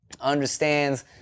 understands